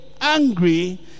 angry